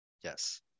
yes